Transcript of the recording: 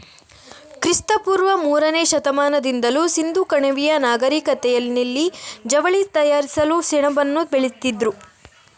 ಕ್ರಿಸ್ತ ಪೂರ್ವ ಮೂರನೇ ಶತಮಾನದಿಂದಲೂ ಸಿಂಧೂ ಕಣಿವೆಯ ನಾಗರಿಕತೆನಲ್ಲಿ ಜವಳಿ ತಯಾರಿಸಲು ಸೆಣಬನ್ನ ಬೆಳೀತಿದ್ರು